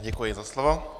Děkuji za slovo.